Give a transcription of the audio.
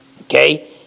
Okay